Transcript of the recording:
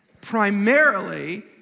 primarily